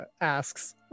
asks